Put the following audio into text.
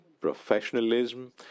professionalism